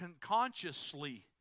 consciously